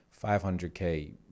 500K